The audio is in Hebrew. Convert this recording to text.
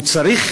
הוא צריך